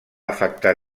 afectar